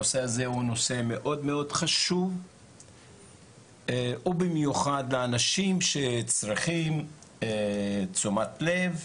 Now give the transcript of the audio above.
הנושא הזה הוא מאוד חשוב ובמיוחד לאנשים שצריכים תשומת לב,